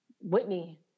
Whitney